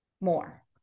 more